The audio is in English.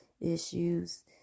issues